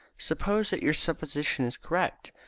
supposing that your supposition is correct,